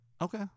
Okay